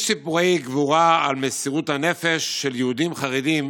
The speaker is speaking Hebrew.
יש סיפורי גבורה על מסירות הנפש של יהודים חרדים